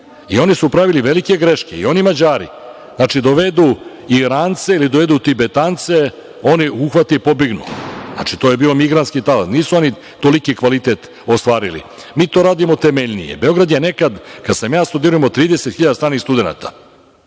I oni su pravili velike greške, i oni i Mađari. Dovedu Irance ili dovedu Tibetance, oni uhvate i pobegnu. To je bio migrantski talas. Nisu oni toliki kvalitet ostvarili. Mi to radimo temeljnije. Beograd je nekad, kad sam ja studirao, imao 30.000 stranih studenata.